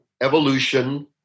evolution